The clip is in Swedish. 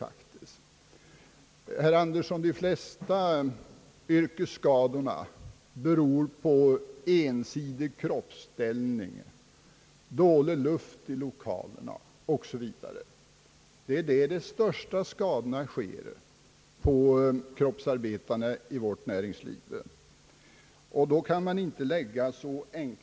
De flesta yrkesskador hos kroppsarbetarna i vårt näringsliv beror på ensidig kroppsställning, dålig luft i lokalerna o. s. v. Därför kan man inte anlägga ett så enkelt betraktelsesätt på den här saken.